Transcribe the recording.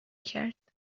کرد